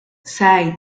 seis